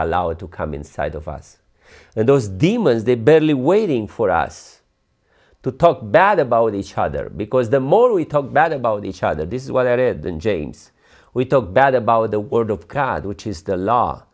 are allowed to come inside of us and those demons they barely waiting for us to talk bad about each other because the more we talk bad about each other this is what i read than james we talk bad about the word of god which is the law